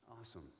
Awesome